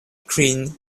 clean